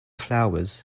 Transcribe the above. flowers